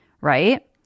right